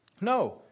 No